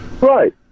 Right